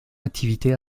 activité